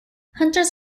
hunters